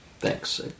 Thanks